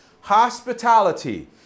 hospitality